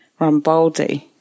Rambaldi